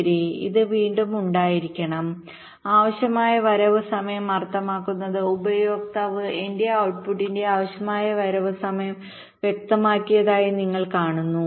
ശരി ഇത് വീണ്ടും ഉണ്ടായിരിക്കണം ആവശ്യമായ വരവ് സമയം അർത്ഥമാക്കുന്നത് ഉപയോക്താവ് എന്റെ ഔട്ട്പുട്ടിന്റെ ആവശ്യമായ വരവ് സമയം വ്യക്തമാക്കിയതായി നിങ്ങൾ കാണുന്നു